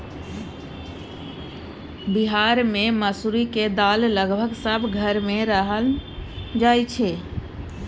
बिहार मे मसुरीक दालि लगभग सब घर मे रान्हल जाइ छै